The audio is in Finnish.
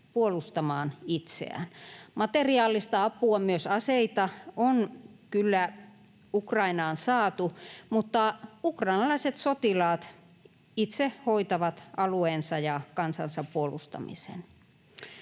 puolustamaan itseään. Materiaalista apua, myös aseita, on kyllä Ukrainaan saatu, mutta ukrainalaiset sotilaat itse hoitavat alueensa ja kansansa puolustamisen.